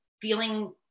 feeling